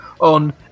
on